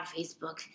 Facebook